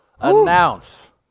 announce